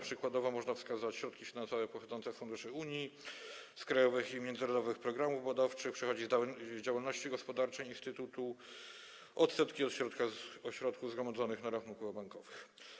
Przykładowo można tu wskazać środki finansowe pochodzące z funduszy Unii, z krajowych i międzynarodowych programów badawczych, przychody z działalności gospodarczej instytutu, odsetki od środków zgromadzonych na rachunkach bankowych.